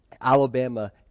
Alabama